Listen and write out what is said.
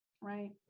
Right